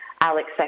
Alex